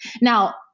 Now